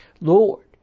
Lord